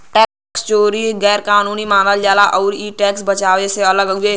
tax चोरी गैर कानूनी मानल जाला आउर इ टैक्स बचाना से अलग हउवे